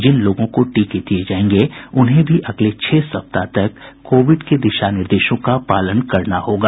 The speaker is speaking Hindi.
जिन लोगों को टीके दिये जायेंगे उन्हें भी अगले छह सप्ताह तक कोविड के दिशा निर्देशों का पालन करना होगा